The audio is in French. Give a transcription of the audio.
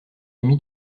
ami